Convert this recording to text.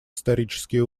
исторические